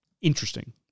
interesting